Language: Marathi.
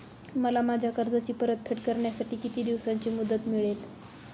मला माझ्या कर्जाची परतफेड करण्यासाठी किती दिवसांची मुदत मिळेल?